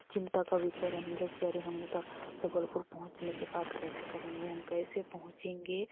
चिंता का विषय बन गया कि अरे हम उधर जबलपुर पहुँचने के बाद कैसे करेंगे हम कैसे पहुँचेंगे